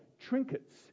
trinkets